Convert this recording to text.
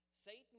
Satan